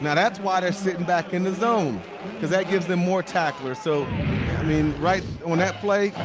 that's why they're sitting back in the zone because that gives them more tacklers. so i mean right on that play,